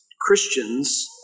Christians